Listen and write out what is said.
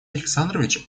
александрович